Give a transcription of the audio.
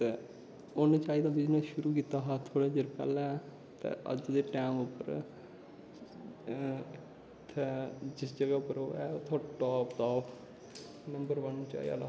ते उन्न चाही दा बिजनस शुरु कीता हा थोह्ड़े चिर पैह्लैं ते अज्ज दे टैम उप्पर ओह् जित्थें है उत्थे टॉप टॉप नंबर बन चाही आह्ला